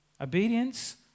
Obedience